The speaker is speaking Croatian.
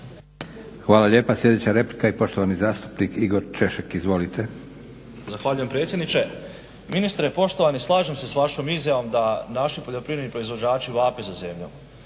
Hvala lijepa. Sljedeća replika i poštovani zastupnik Igor Češek. Izvolite. **Češek, Igor (HDSSB)** Zahvaljujem predsjedniče. Ministre poštovani, slažem se s vašom izjavom da naši poljoprivredni proizvođači vape za zemljom.